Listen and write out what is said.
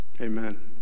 Amen